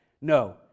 No